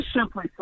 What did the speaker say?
simply